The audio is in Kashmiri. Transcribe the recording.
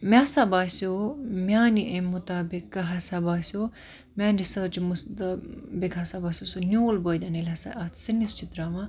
مےٚ ہَسا باسیٚو میٛانہِ امہِ مُطابِقَ ہَسا باسیٚو میٛانہِ رِسرچہِ ہَسا باسیٚو سُہ نیوٗل بٲدیانہٕ ییٚلہِ ہَسا اتھ سِنِس چھِ ترٛاوان